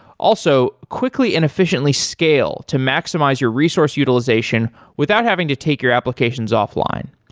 also, quickly and efficiently scale to maximize your resource utilization without having to take your applications offline.